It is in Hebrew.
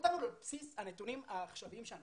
אותנו על בסיס הנתונים העכשוויים שלנו.